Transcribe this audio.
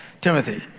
Timothy